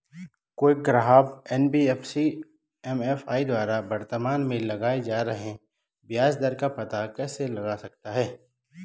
कोई ग्राहक NBFC MFI द्वारा वर्तमान में लगाए जा रहे ब्याज दर का पता कैसे लगा सकता है?